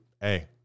hey